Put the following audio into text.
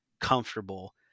comfortable